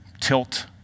tilt